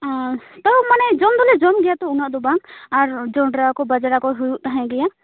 ᱛᱟᱹᱣ ᱢᱟᱱᱮ ᱡᱚᱢ ᱫᱚᱞᱮ ᱡᱚᱢ ᱜᱮᱭᱟ ᱛᱚ ᱩᱱᱟᱹᱜ ᱫᱚ ᱵᱟᱝ ᱟᱨ ᱡᱚᱸᱰᱨᱟ ᱠᱚ ᱵᱟᱡᱽᱲᱟ ᱠᱚ ᱦᱩᱭᱩᱜ ᱛᱟᱦᱮᱸᱫ ᱜᱮᱭᱟ